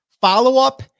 follow-up